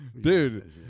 dude